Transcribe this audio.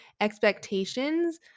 expectations